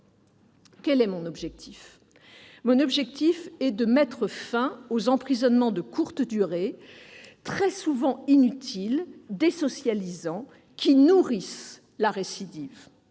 de procédure pénale. Mon objectif est de mettre fin aux emprisonnements de courte durée, très souvent inutiles, désocialisants, qui nourrissent la récidive.